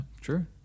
true